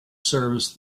serves